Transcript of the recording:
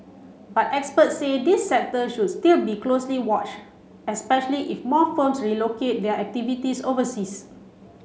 but experts said this sector should still be closely wash especially if more firms relocate their activities overseas